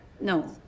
no